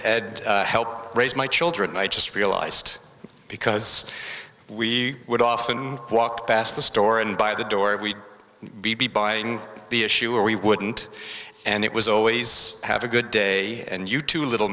ed helped raise my children i just realized because we would often walk past the store and by the door we'd be buying the issue or we wouldn't and it was always have a good day and you too little